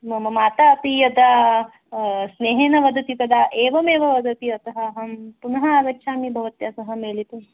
मम माता अपि यदा स्नेहेन वदति तदा एवमेव वदति अतः अहं पुनः आगच्छामि भवत्या सह मिलितुम्